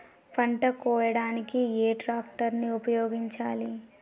పంట కోయడానికి ఏ ట్రాక్టర్ ని ఉపయోగించాలి?